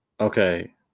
okay